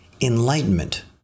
Enlightenment